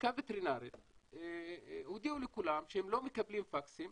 מהלשכה הווטרינרית הודיעו לכולם שהם לא מקבלים פקסים,